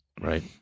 Right